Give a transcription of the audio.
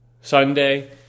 Sunday